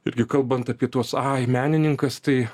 irgi kalbant apie tuos ai menininkas tai